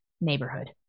neighborhood